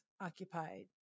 occupied